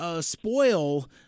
spoil